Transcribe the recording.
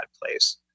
place